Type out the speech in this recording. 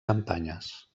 campanyes